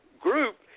group